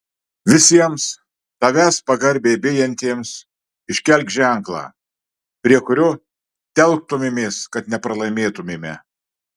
visiems tavęs pagarbiai bijantiems iškelk ženklą prie kurio telktumėmės kad nepralaimėtumėme